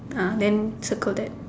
ah then circle that